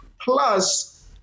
Plus